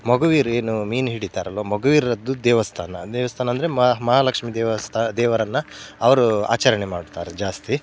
ಮೊಗವೀರ್ರು ಏನು ಮೀನು ಹಿಡೀತಾರಲ ಮೊಗವೀರದ್ದು ದೇವಸ್ಥಾನ ಅದು ದೇವಸ್ಥಾನ ಅಂದರೆ ಮಹಾ ಮಹಾಲಕ್ಷ್ಮೀ ದೇವಸ್ಥಾನ ದೇವರನ್ನು ಅವರು ಆಚರಣೆ ಮಾಡ್ತಾರೆ ಜಾಸ್ತಿ